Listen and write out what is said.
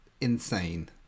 Insane